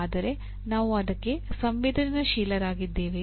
ಆದರೆ ನಾವು ಅದಕ್ಕೆ ಸಂವೇದನಾಶೀಲರಾಗಿದ್ದೇವೆಯೇ